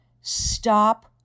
stop